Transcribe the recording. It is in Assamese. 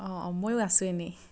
অঁ ময়ো আছোঁ এনেই